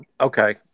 okay